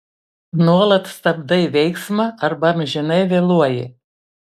nuolat stabdai veiksmą arba amžinai vėluoji